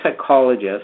psychologist